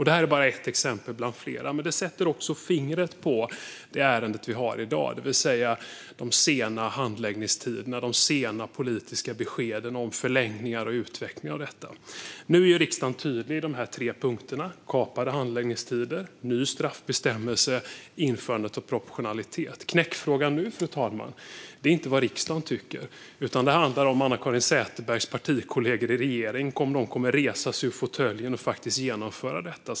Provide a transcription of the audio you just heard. Det här är bara ett exempel av flera, men det sätter fingret på det ärende vi har här i dag, det vill säga de långa handläggningstiderna och de sena politiska beskeden om förlängningar och utvecklingen av detta. Nu är riksdagen tydlig i de här tre punkterna: kapade handläggningstider, ny straffbestämmelse och införande av proportionalitet. Fru talman! Knäckfrågan nu är inte vad riksdagen tycker, utan det är om Anna-Caren Sätherbergs partikollegor i regeringen kommer att resa sig ur fåtöljen och faktiskt genomföra detta.